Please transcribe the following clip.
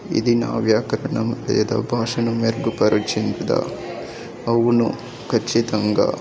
ఇది నా వ్యాకరణం లేదా భాషను మెరుగుపరుచింది కదా అవును ఖచ్చితంగా